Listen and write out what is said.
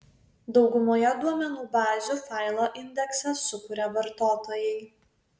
daugumoje duomenų bazių failo indeksą sukuria vartotojai